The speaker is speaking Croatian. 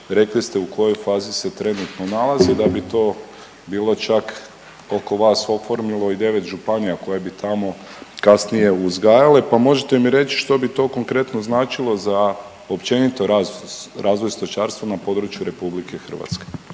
Rekli ste u kojoj fazi se trenutno nalazi da bi to bilo čak oko vas oformilo i 9 županija koje bi tamo kasnije uzgajale, pa možete mi reći što bit konkretno značilo za općenito rast, razvoj stočarstva na području RH.